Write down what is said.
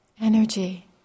energy